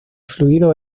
fluido